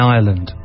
Ireland